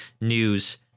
news